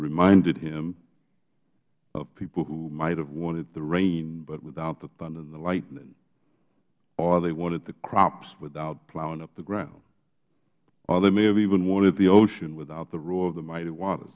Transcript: reminded him of people who might have wanted the rain but without the thunder and the lightning or they wanted the crops without plowing up the ground or they may have even wanted the ocean without the roar of the mighty water